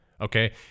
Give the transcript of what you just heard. okay